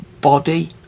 body